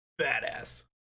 Badass